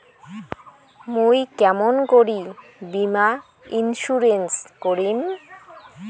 মুই কেমন করি বীমা ইন্সুরেন্স করিম?